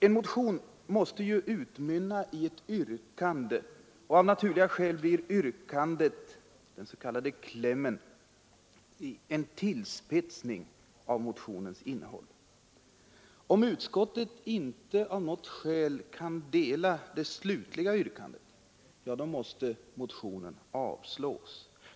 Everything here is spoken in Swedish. En motion måste ju utmynna i ett yrkande och av naturliga skäl blir yrkandet, den s.k. klämmen, en tillspetsning av motionens innehåll. Om utskottet av något skäl inte kan biträda det slutliga yrkandet måste motionen avstyrkas.